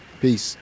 Peace